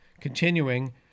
Continuing